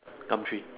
Gumtree